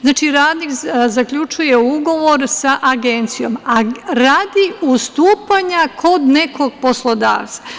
Znači, radnik zaključuje ugovor sa agencijom, a radi ustupanja kod nekog poslodavca.